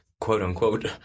quote-unquote